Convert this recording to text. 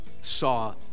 saw